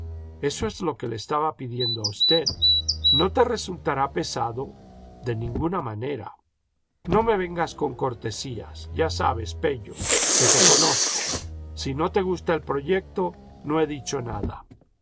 eso es lo que le estaba pidiendo a usted no te resultará pesado de ninguna manera no me vengas con cortesías ya sabes pello que te conozco si no te gusta el proyecto no he dicho nada